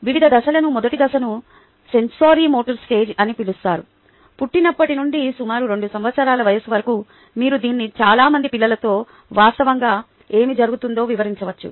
వివిధ దశలను మొదటి దశను సెన్సోరిమోటర్ స్టేజ్ అని పిలుస్తారు పుట్టినప్పటి నుండి సుమారు 2 సంవత్సరాల వయస్సు వరకు మీరు దీన్ని చాలా మంది పిల్లలతో వాస్తవంగా ఏమి జరుగుతుందో వివరించవచ్చు